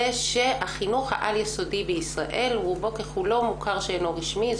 שהחינוך העל יסודי בישראל רובו ככולו מוכר שאינו רשמי,